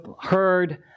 heard